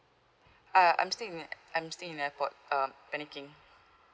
uh I'm still in I'm still in airport uh panicking